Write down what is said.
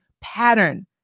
pattern